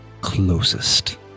closest